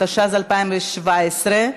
התשע"ז 2017,